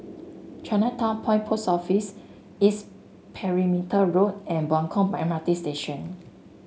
Chinatown Point Post Office East Perimeter Road and Buangkok M R T Station